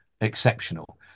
exceptional